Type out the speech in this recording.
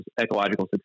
ecological